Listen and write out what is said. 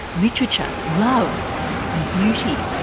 literature, love and beauty.